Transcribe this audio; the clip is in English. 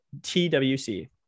TWC